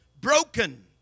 broken